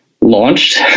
launched